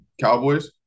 Cowboys